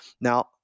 Now